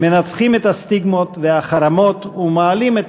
מנצחים את הסטיגמות והחרמות ומעלים את